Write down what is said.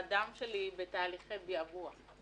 הדם שלי בתהליכי בעבוע.